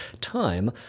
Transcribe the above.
time